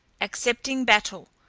accepting battle,